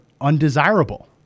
undesirable